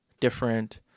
different